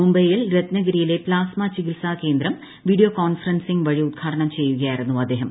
മുംബൈയിൽ രത്നഗിരിയിലെ പ്ലാസ്മാ ചികിത്സാ കേന്ദ്രം വീഡിയോ കോൺഫറൻസിംഗ് വഴി ഉദ്ഘാടനം ചെയ്യുകയായിരുന്നു അദ്ദേഹം